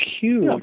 huge